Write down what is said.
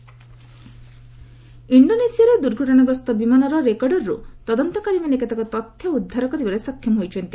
Indonesia ଇଣ୍ଡୋନେସିଆରେ ଦୂର୍ଘଟଣାଗ୍ରସ୍ତ ବିମାନର ରେକର୍ଡରର୍ ତଦନ୍ତକାରୀମାନେ କେତେକ ତଥ୍ୟ ଉଦ୍ଧାର କରିବାରେ ସକ୍ଷମ ହୋଇଛନ୍ତି